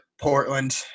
Portland